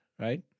right